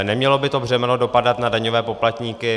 Nemělo by to břemeno dopadat na daňové poplatníky.